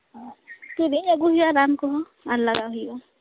ᱠᱤᱨᱤᱧ ᱟᱜᱩ ᱦᱩᱭᱩᱜᱼᱟ ᱨᱟᱱ ᱠᱚᱦᱚᱸ ᱟᱨ ᱞᱟᱜᱟᱣ ᱦᱩᱭᱩᱜᱼᱟ